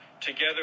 together